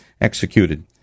executed